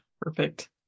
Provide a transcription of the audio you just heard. perfect